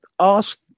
Ask